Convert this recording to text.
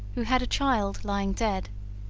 who had a child lying dead,